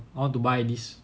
I want to buy this